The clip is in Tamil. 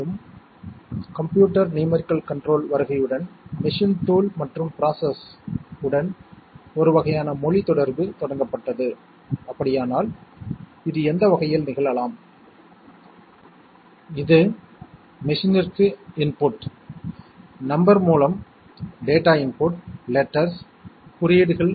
பவர் சப்ளையில் இருந்து நீங்கள் ஒரு சிக்னலைக் கொண்டிருக்கலாம் அது 0 வோல்ட் மதிப்பை எடுத்துக் கொள்ளலாம் இது சில சமயங்களில் லோ சிக்னல் அல்லது 0 வோல்ட் அல்லது எண் ரீதியாக 0 என குறிப்பிடப்படுகிறது இதுபோல 5 வோல்ட் மதிப்பு ஹை அல்லது 1 அல்லது 5 வோல்ட் என குறிப்பிடப்படுகிறது